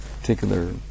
particular